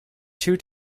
two